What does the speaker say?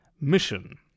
mission